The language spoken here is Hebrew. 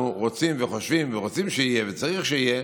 רוצים וחושבים ורוצים שיהיה וצריך שיהיה,